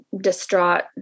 distraught